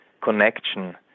connection